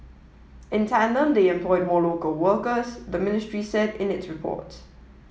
in tandem they employed more local workers the ministry said in its report